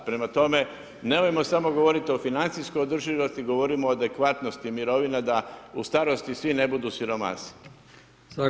Prema tome nemojmo samo govorit o financijskoj održivosti, govorimo o adekvatnosti mirovina da u starosti svi ne budu siromasi.